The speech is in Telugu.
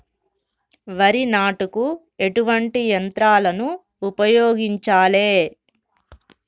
వరి నాటుకు ఎటువంటి యంత్రాలను ఉపయోగించాలే?